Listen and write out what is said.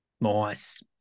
Nice